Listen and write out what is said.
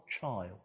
child